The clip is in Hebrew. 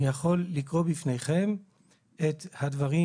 אני יכול לקרוא בפניכם את הדברים